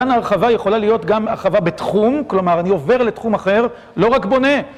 כאן ההרחבה יכולה להיות גם הרחבה בתחום, כלומר, אני עובר לתחום אחר, לא רק בונה.